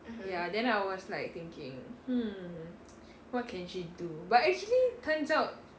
ya then I was like thinking hmm what can she do but actually turns out